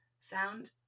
sound